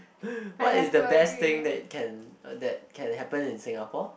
what is the best thing that can uh that can happen in Singapore